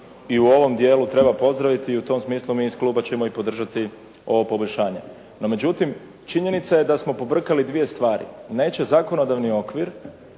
i u ovom dijelu treba pozdraviti i u tom smislu mi iz kluba ćemo i podržati ovo poboljšanje. No međutim, činjenica je da smo pobrkali dvije stvari. Neće zakonodavni okvir